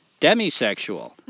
demisexual